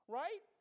right